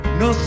no